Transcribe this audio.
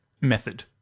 method